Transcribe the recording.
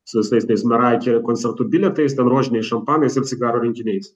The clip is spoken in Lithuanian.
su visais tais maraja keri koncertų bilietais ten rožiniais šampanais ir cigarų rinkiniais